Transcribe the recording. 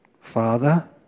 Father